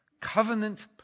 Covenant